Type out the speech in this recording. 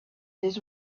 this